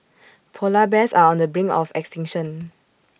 Polar Bears are on the brink of extinction